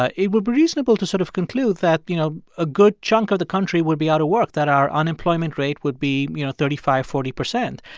ah would be reasonable to sort of conclude that, you know, a good chunk of the country would be out of work, that our unemployment rate would be, you know, thirty five, forty percent.